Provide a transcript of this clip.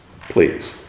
Please